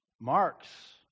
Marx